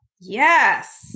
Yes